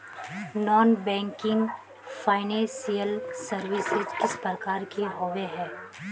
Non banking financial services किस प्रकार के होबे है?